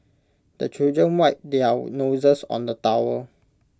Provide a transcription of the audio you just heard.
the children wipe their noses on the towel